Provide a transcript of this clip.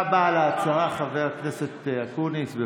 אתה בעל ההצעה, חבר הכנסת אקוניס.